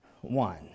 one